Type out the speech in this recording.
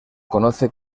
conoce